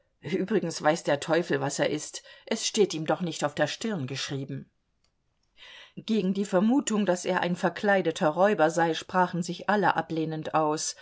übrigens weiß der teufel was er ist es steht ihm doch nicht auf der stirn geschrieben gegen die vermutung daß er ein verkleideter räuber sei sprachen sich alle ablehnend aus